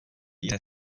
jiné